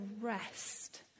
rest